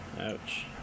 Ouch